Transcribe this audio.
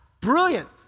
brilliant